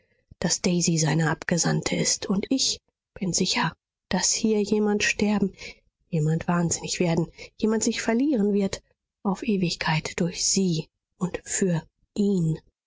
daß daisy seine abgesandte ist und ich bin sicher daß hier jemand sterben jemand wahnsinnig werden jemand sich verlieren wird auf ewigkeit durch sie und für ihn